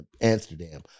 Amsterdam